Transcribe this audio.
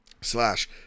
slash